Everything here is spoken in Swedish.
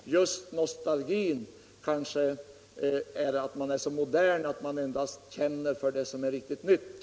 Att man talar om nostalgi kanske just beror på att man är så modern. att man endast känner för det som är riktigt nytt.